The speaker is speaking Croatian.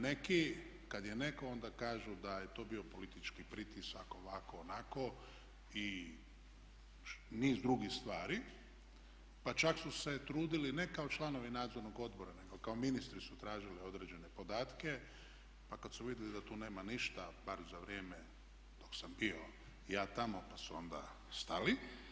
Neki, kad je neko onda kažu da je to bio politički pritisak, ovako, onako i niz drugih stvari, pa čak su se trudili ne kao članovi nadzornog odbora nego kao ministri su tražili određene podatke, pa kad su vidjeli da tu nema ništa bar za vrijeme dok sam bio i ja tamo, pa su onda stali.